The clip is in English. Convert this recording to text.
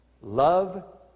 love